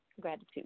gratitude